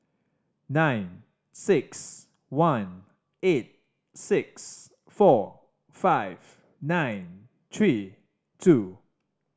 nine six one eight six four five nine three two